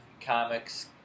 comics